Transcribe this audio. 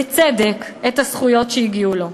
בצדק, את הזכויות שהגיעו לו.